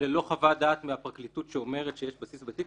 ללא חוות דעת מהפרקליטות שאומרת שיש בסיס בתיק,